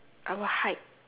I will hide